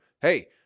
Hey